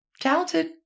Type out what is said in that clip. talented